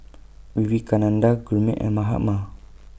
Vivekananda Gurmeet and Mahatma